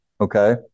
Okay